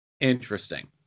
Interesting